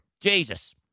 Jesus